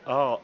o o